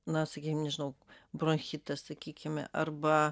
na sakykim nežinau bronchitas sakykime arba